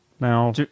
Now